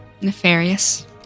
nefarious